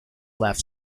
left